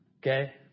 Okay